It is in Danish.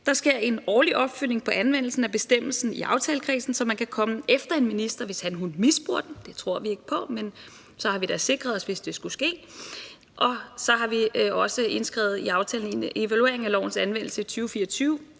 Der sker en årlig opfølgning på anvendelsen af bestemmelsen i aftalekredsen, så man kan komme efter en minister, hvis han/hun misbruger den. Det tror vi ikke på, men så har vi da sikret os, hvis det skulle ske. Og så har vi også indskrevet i aftalen en evaluering i 2024 af lovens anvendelse med